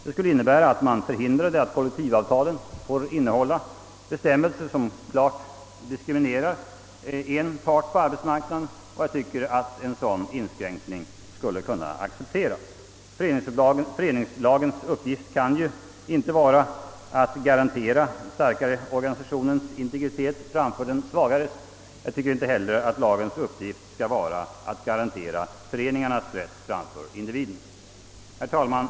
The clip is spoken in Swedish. De skulle innebära att man förhindrade att kollektivavtalet innehåller bestämmelser som klart diskriminerar en part på arbetsmarknaden, och jag tycker att en sådan inskränkning skulle kunna accepteras. Föreningsrättslagens uppgift kan ju inte vara att garantera den starkare organisationens integritet framför den svagares. Jag tycker inte heller att lagens uppgift skall vara att garantera föreningens rätt framför individens. Herr talman!